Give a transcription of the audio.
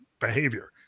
behavior